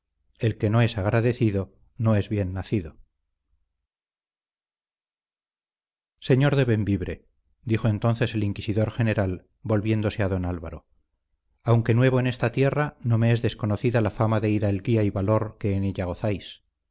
el que no es agradecido no es bien nacido señor de bembibre dijo entonces el inquisidor general volviéndose a don álvaro aunque nuevo en esta tierra no me es desconocida la fama de hidalguía y valor que en ella gozáis